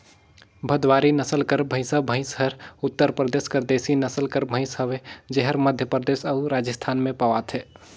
भदवारी नसल कर भंइसा भंइस हर उत्तर परदेस कर देसी नसल कर भंइस हवे जेहर मध्यपरदेस अउ राजिस्थान में पवाथे